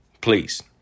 please